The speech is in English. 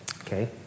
okay